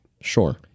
sure